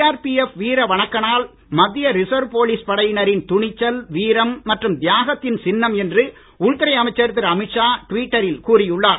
CRPF வீர வணக்க நாள் மத்திய ரிசர்வ் போலீஸ் படையினரின் துணிச்சல் வீரம் மற்றும் தியாகத்தின் சின்னம் என்று உள்துறை அமைச்சர் திரு அமீத் ஷா டுவிட்டரில் கூறி உள்ளார்